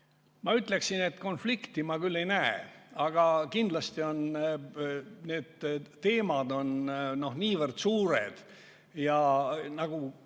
Ma ütleksin, et konflikti ma ei näe, aga kindlasti on need teemad niivõrd suured, et